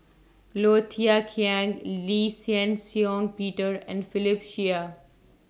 Low Thia Khiang Lee Shih Shiong Peter and Philip Chia